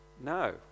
no